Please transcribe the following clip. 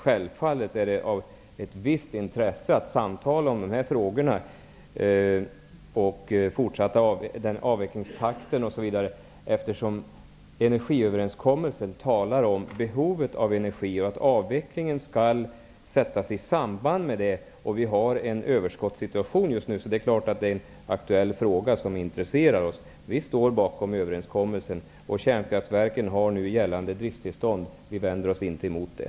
Självfallet är det av ett visst intresse att samtala om dessa frågor, avvecklingstakten, osv, eftersom det i energiöverenskommelsen talas om behovet av energi och att avvecklingen skall sättas i samband med det. Vi har dessutom en överskottssituation just nu. Det är därför klart att detta är en aktuell fråga som intresserar oss. Vi står bakom överenskommelsen. Kärnkraftverken har nu gällande drifttillstånd. Vi vänder oss inte mot det.